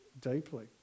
deeply